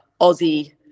Aussie